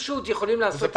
פשוט יכולים לעשות את זה.